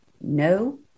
no